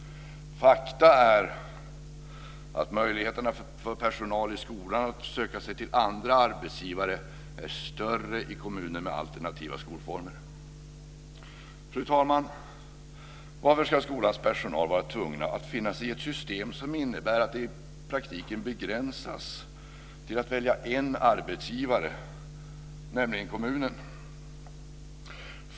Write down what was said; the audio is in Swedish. Fakta är att möjligheterna för personal i skolan att söka sig till andra arbetsgivare är större i kommuner med alternativa skolformer. Fru talman! Varför ska skolans personal vara tvungen att finna sig i ett system som innebär att man i praktiken begränsas till att välja en arbetsgivare, nämligen kommunen?